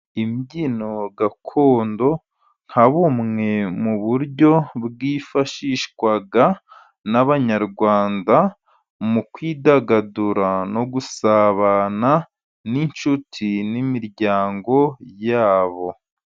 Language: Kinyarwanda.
Imbyino gakondo nka bumwe mu buryo bwifashishwa n'Abanyarwanda mu kwidagadura no gusabana n'inshuti, n'imiryango yabo.